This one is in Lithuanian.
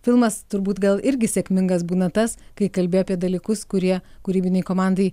filmas turbūt gal irgi sėkmingas būna tas kai kalbi apie dalykus kurie kūrybinei komandai